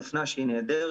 דפנה שהיא נהדרת,